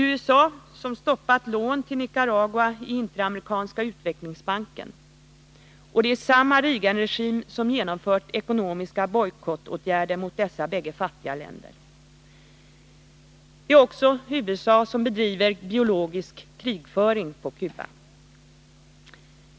Det är USA som i Interamerikanska utvecklingsbanken stoppat lån till Nicaragua, och det är samma Reaganregim som genomfört ekonomiska bojkottåtgärder mot dessa bägge fattiga länder. Det är också USA som bedriver biologisk krigföring på Cuba.